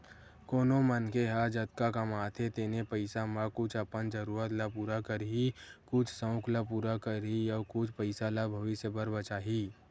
कोनो मनखे ह जतका कमाथे तेने पइसा म कुछ अपन जरूरत ल पूरा करही, कुछ सउक ल पूरा करही अउ कुछ पइसा ल भविस्य बर बचाही